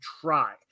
try